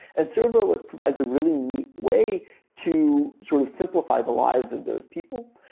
and serverless provides a really neat way to sort of simplify the lives of those people.